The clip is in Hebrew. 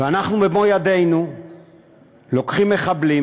ואנחנו במו-ידינו לוקחים מחבלים